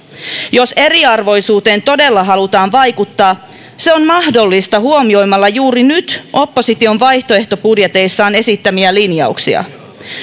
jos eriarvoisuuteen todella halutaan vaikuttaa se on mahdollista huomioimalla juuri nyt opposition vaihtoehtobudjeteissaan esittämiä linjauksia